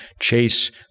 Chase